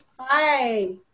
Hi